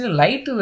light